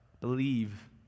Believe